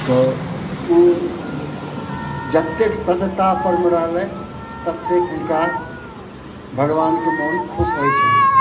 तऽ ओ जतेक सत्यता परमे रहलै ततेक हुनका भगबानके मोन खुश होइ छनि